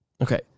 okay